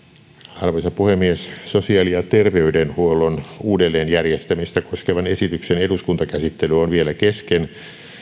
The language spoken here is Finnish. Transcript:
arvoisa puhemies sosiaali ja terveydenhuollon uudelleenjärjestämistä koskevan esityksen eduskuntakäsittely on vielä kesken